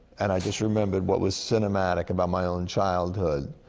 and i just remembered what was cinematic about my own childhood.